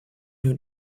new